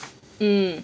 mm